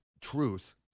truth